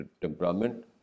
temperament